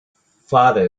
farther